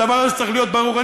הדבר הזה צריך להיות ברור.